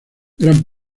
gran